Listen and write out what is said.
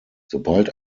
sobald